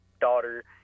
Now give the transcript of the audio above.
daughter